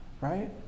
right